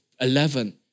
eleven